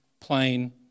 plain